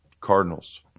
Cardinals